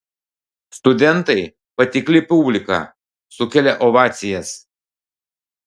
studentai patikli publika sukelia ovacijas